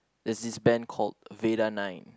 there's this band called Vadar Nine